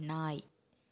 நாய்